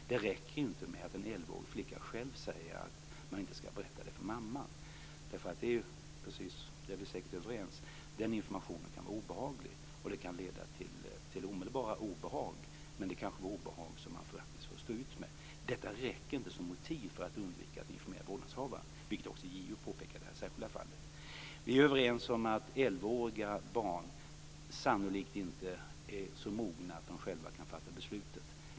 Det räcker inte med att en elvaårig flicka själv säger att man inte skall berätta det för mamman. Det är ju så - där är vi säkert överens - att den informationen kan vara obehaglig och leda till omedelbara obehag, men det är kanske obehag som flickan faktiskt får stå ut med. Det räcker inte som motiv för att undvika att informera vårdnadshavaren, vilket också JO påpekar i detta särskilda fall. Vi är överens om att elvaåriga barn sannolikt inte är så mogna att de själva kan fatta beslutet.